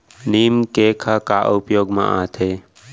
नीम cake ह का उपयोग मा आथे?